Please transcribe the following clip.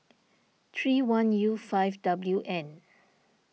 three one U five W N